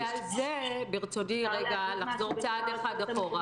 ועל זה ברצוני לחזור צעד אחד אחורה.